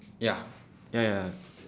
ya ya ya ya